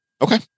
Okay